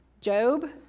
Job